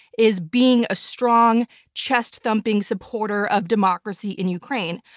is being a strong chest-thumping supporter of democracy in ukraine.